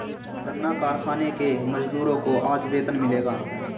गन्ना कारखाने के मजदूरों को आज वेतन मिलेगा